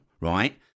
right